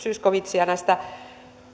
zyskowicziä näistä